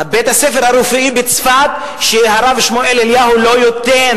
בית-הספר לרפואה בצפת שהרב שמואל אליהו לא ייתן,